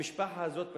המשפחה הזו,